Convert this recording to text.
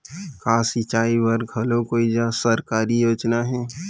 का सिंचाई बर घलो कोई सरकारी योजना हे?